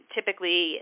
Typically